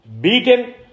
beaten